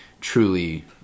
truly